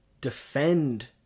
defend